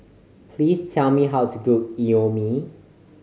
please tell me how to cook Imoni